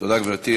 תודה, גברתי.